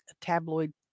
tabloid